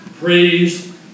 Praise